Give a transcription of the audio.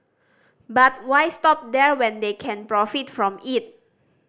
but why stop there when they can profit from it